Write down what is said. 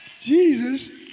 Jesus